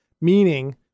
meaning